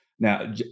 Now